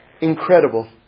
Incredible